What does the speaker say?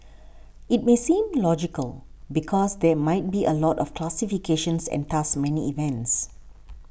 it may seem logical because there might be a lot of classifications and thus many events